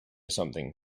something